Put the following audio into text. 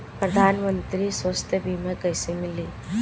प्रधानमंत्री स्वास्थ्य बीमा कइसे मिली?